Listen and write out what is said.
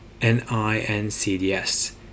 NINCDS